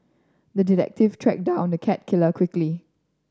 the detective tracked down the cat killer quickly